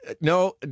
No